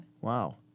Wow